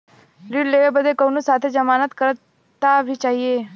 ऋण लेवे बदे कउनो साथे जमानत करता भी चहिए?